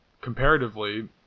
Comparatively